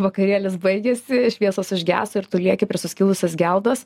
vakarėlis baigėsi šviesos užgeso ir tu lieki prie suskilusios geldos